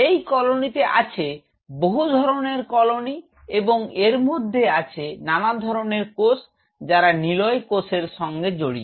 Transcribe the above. এই কলোনিতে আছে বহু ধরনের কলোনি এবং এর মধ্যে আছে নানা ধরনের কোষ যারা নিলয় কোষের সঙ্গে জড়িত